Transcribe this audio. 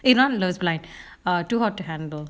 eh not love is blind err too hot to handle